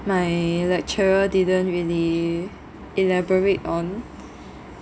my lecturer didn't really elaborate on